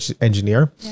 engineer